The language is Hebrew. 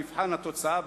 במבחן התוצאה,